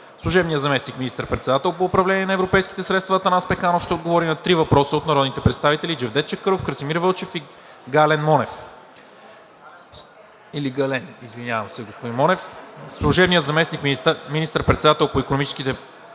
Служебният заместник министър-председател по управление на европейските средства Атанас Пеканов ще отговори на три въпроса от народните представители Джевдет Чакъров; Красимир Вълчев; и Гален Монев. 3. Служебният заместник министър-председател по икономическите